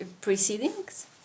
proceedings